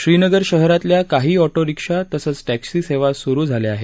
श्रीनगर शहरातल्या काही auto rickshaw तसंच टॅक्सी सेवा सुरु झाल्या आहेत